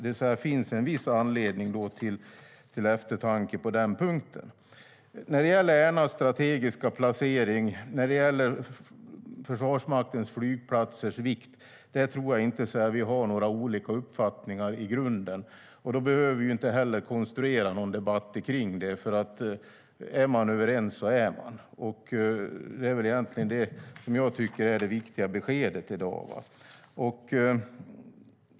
Det finns en viss anledning till eftertanke på den punkten. När det gäller Ärnas strategiska placering och Försvarsmaktens flygplatsers vikt tror jag inte att vi i grunden har olika uppfattningar. Då behöver vi inte heller konstruera någon debatt kring det. Är man överens så är man. Det är egentligen det som jag tycker är det viktiga beskedet i dag.